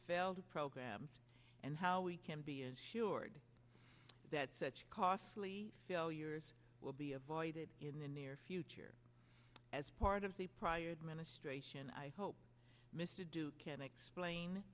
failed programs and how we can be assured that such costly failures will be avoided in the near future as part of the prior administration i hope mr duke can explain